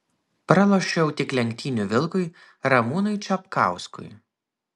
pralošiau tik lenktynių vilkui ramūnui čapkauskui